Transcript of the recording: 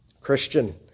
Christian